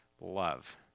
love